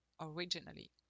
originally